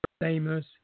famous